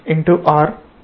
F